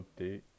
update